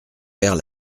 perds